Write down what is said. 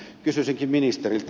kysyisinkin ministeriltä